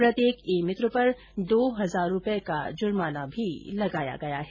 प्रत्येक ई मित्र पर दो हजार रूपये का जुर्माना भी लगाया गया है